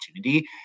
opportunity